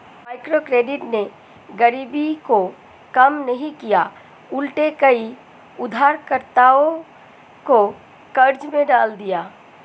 microcredit ने गरीबी को कम नहीं किया उलटे कई उधारकर्ताओं को कर्ज में डाल दिया है